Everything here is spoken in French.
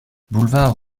boulevard